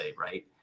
right